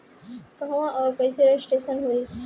कहवा और कईसे रजिटेशन होई?